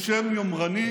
עם שם יומרני: